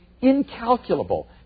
incalculable